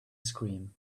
scream